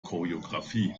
choreografie